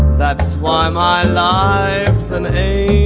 that's why my life's in a